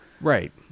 right